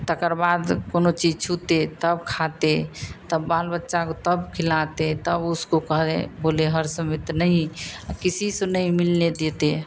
तकर बाद कौनो चीज़ छूते तब खाते तब बाल बच्चा को तब खिलाते तब उसको कहे बोले हर समय तो नहीं अ किसी से नहीं मिलने देते